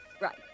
Right